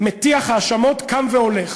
מטיח האשמות, קם והולך